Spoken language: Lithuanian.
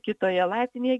kitoje laiptinėje